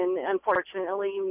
unfortunately